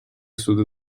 sud